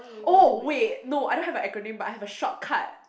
oh wait no I don't have an acronym but I have a shortcut